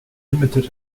limited